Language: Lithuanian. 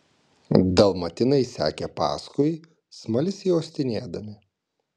dalmatinai sekė paskui smalsiai uostinėdami